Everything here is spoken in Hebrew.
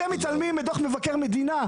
אתם מתעלמים מדוח מבקר מדינה,